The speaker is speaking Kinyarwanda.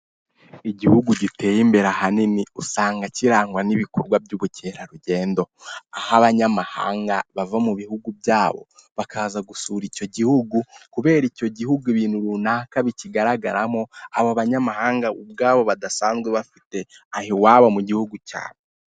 Igihugu giteye imbere ahanini usanga kirangwa n'ibikorwa by'ubukerarugendo. aho abanyamahanga bava mu bihugu byabo bakaza gusura icyo gihugu, kubera icyo gihugu ibintu runaka bikigaragaramo aba banyamahanga ubwabo badasanzwe bafite aho iwabo mu gihugu cyabo.